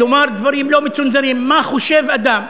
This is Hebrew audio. לומר דברים לא מצונזרים, מה חושב אדם.